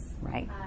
right